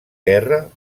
guerra